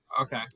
Okay